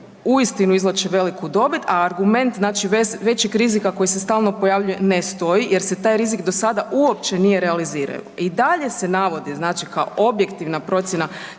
uistinu izvlače veliku dobit, a argument znači većeg rizika koji se stalno pojavljuje ne stoji jer se taj rizik do sada uopće nije realizirao i dalje se navodi znači kao objektivna procjena